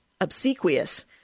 obsequious